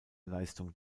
leistung